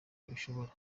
babishobora